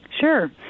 Sure